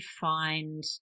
find